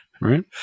right